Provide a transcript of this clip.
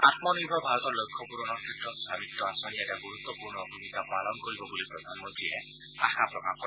আমনিৰ্ভৰ ভাৰতৰ লক্ষ্য পূৰণৰ ক্ষেত্ৰত স্বামিত্ব আঁচনিয়ে এটা গুৰুত্বপূৰ্ণ ভূমিকা পালন কৰিব বুলি শ্ৰীমোদীয়ে আশা প্ৰকাশ কৰে